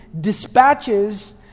Dispatches